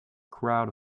crowd